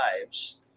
lives